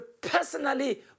personally